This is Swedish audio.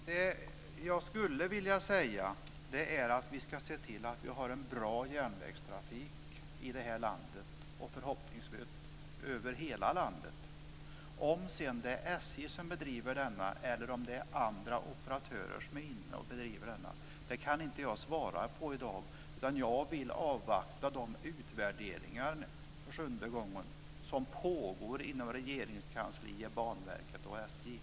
Fru talman! Jag skulle vilja säga att vi ska se till att vi har en bra järnvägstrafik i det här landet - förhoppningsvis över hela landet. Om det sedan är SJ som bedriver den eller om det är andra operatörer som gör det kan jag inte svara på i dag. Jag vill avvakta de utvärderingar, säger jag för sjunde gången, som pågår inom Regeringskansliet, Banverket och SJ.